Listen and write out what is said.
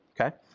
Okay